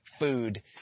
food